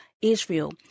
Israel